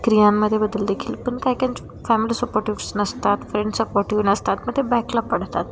क्रियांमध्ये बदल देखील पण काही काही फॅमिली सपोर्टिव्स नसतात फ्रेंड्स सपोर्टिव्ह नसतात मग ते बॅकला पडतात